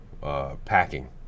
packing